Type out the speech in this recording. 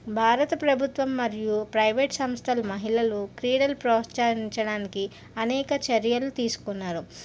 భారత ప్రభుత్వం మరియు ప్రైవేట్ సంస్థలు మహిళలు క్రీడలు ప్రోత్సహించడానికి అనేక చర్యలు తీసుకున్నారు